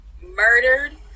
murdered